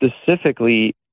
Specifically